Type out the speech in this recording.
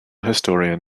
historian